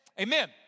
amen